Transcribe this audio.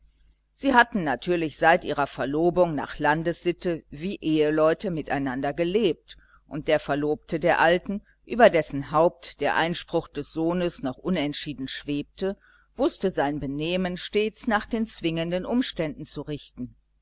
sie hatten natürlich seit ihrer verlobung nach landessitte wie eheleute miteinander gelebt und der verlobte der alten über dessen haupt der einspruch des sohnes noch unentschieden schwebte wußte sein benehmen stets nach den zwingenden umständen zu richten